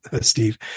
Steve